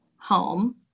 home